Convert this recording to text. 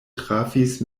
trafis